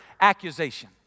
accusation